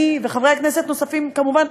שאני וחברי כנסת נוספים כמובן,